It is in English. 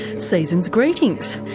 seasons greetings.